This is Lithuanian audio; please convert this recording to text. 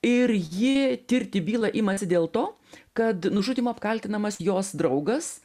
ir jį tirti bylą imasi dėl to kad nužudymu apkaltinamas jos draugas